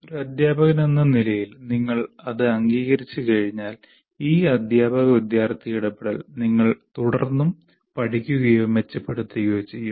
ഒരു അധ്യാപകനെന്ന നിലയിൽ നിങ്ങൾ അത് അംഗീകരിച്ചുകഴിഞ്ഞാൽ ഈ അധ്യാപക വിദ്യാർത്ഥി ഇടപെടൽ നിങ്ങൾ തുടർന്നും പഠിക്കുകയോ മെച്ചപ്പെടുത്തുകയോ ചെയ്യും